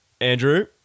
Andrew